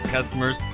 customers